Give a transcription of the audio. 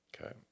Okay